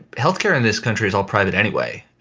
health care in this country is all private anyway.